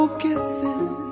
kissing